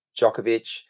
Djokovic